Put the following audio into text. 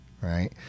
right